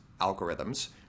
algorithms